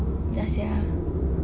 ya sia